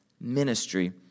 ministry